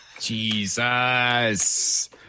Jesus